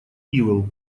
ивел